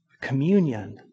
communion